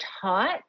taught